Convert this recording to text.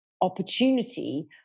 opportunity